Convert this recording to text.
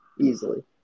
easily